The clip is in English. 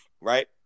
right